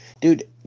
Dude